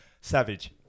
savage